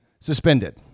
suspended